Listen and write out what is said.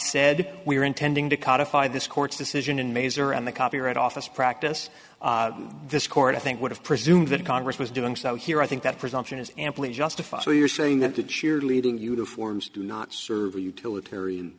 said we are intending to codified this court's decision in maser and the copyright office practice this court i think would have presumed that congress was doing so here i think that presumption is amply justified so you're saying that the cheerleading uniforms do not serve utilitarian